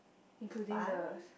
including the